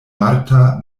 marta